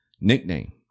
nickname